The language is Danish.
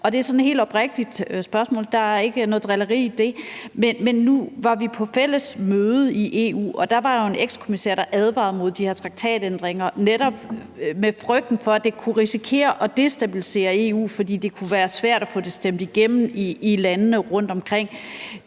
er sådan helt oprigtigt, og der er ikke noget drilleri i det, men da vi var på et fælles møde i EU, var der jo en ekskommissær, der advarede mod de her traktatændringer, netop på grund af frygten for, at det kunne risikere at destabilisere EU, fordi det kunne være svært at få det stemt igennem i landene rundtomkring.